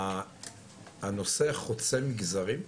הנושא חוצה מגזרים?